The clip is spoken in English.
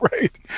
Right